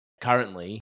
currently